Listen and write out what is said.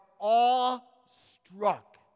awestruck